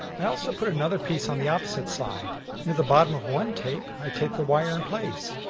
i also put another piece on the opposite side. near the bottom of one tape, i tape the wire in place,